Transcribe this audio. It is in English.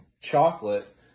chocolate